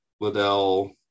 liddell